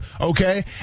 Okay